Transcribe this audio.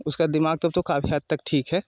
उसका दिमाग तब तो काफी हद तक ठीक है